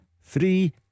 Three